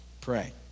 pray